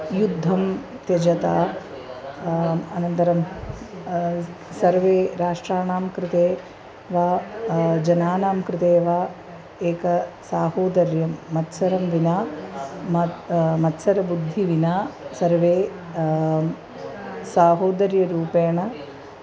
युद्धं त्यजतु अनन्तरं सर्वे राष्ट्राणां कृते वा जनानां कृते वा एकं सहोदर्यं मत्सरं विना मत् मत्सरबुद्धिविना सर्वे सहोदर्यरूपेण